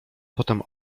potem